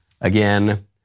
again